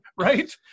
Right